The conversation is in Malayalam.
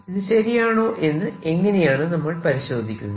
ഇത് ശരിയാണോ എന്ന് എങ്ങനെയാണ് നമ്മൾ പരിശോധിക്കുന്നത്